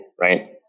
right